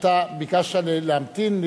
אתה ביקשת להמתין,